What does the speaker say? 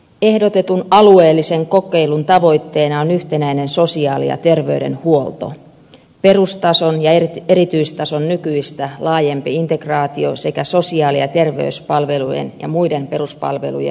ehdotetun alueellisen kokeilun tavoitteena on yhtenäinen sosiaali ja terveydenhuolto perustason ja erityistason nykyistä laajempi integraatio sekä sosiaali ja terveyspalvelujen ja muiden peruspalvelujen yhteys